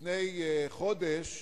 לפני חודש,